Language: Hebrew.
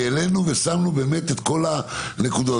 כי העלינו ושמנו את כל הנקודות,